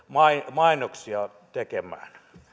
mainoksia tekemään